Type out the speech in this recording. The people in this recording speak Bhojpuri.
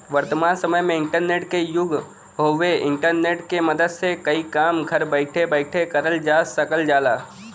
वर्तमान समय इंटरनेट क युग हउवे इंटरनेट क मदद से कई काम घर बैठे बैठे करल जा सकल जाला